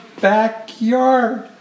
backyard